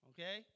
Okay